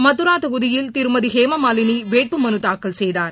மதுரா தொகுதியில் திருமதி ஹேமாமாலினி வேட்பு மனு தாக்கல் செய்தார்